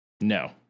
No